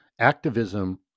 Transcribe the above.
activism